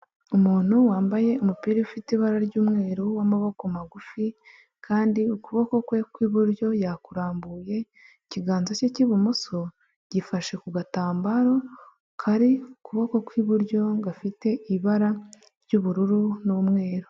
Umuntu wambaye umupira ufite ibara ry'umweru w'amaboko magufi kandi ukuboko kwe kw'iburyo yakurambuye, ikiganza cye cy'ibumoso gifashe ku gatambaro kari kuboko kw'iburyo, gafite ibara ry'ubururu n'umweru.